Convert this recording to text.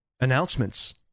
announcements